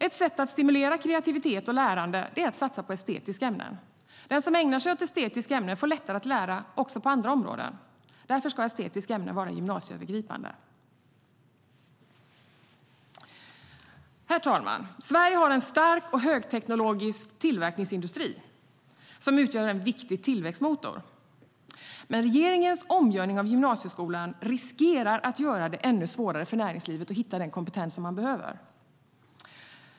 Ett sätt att stimulera kreativitet och lärande är att satsa på estetiska ämnen. Den som ägnar sig åt estetiska ämnen får lättare att lära också på andra områden. Därför ska estetiska ämnen vara gymnasieövergripande. Herr talman! Sverige har en stark och högteknologisk tillverkningsindustri som utgör en viktig tillväxtmotor. Men regeringens omgörning av gymnasieskolan riskerar att göra det ännu svårare för näringslivet att hitta den kompetens som man behöver.